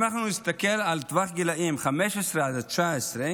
אם אנחנו נסתכל על טווח הגילים 15 עד 19,